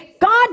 God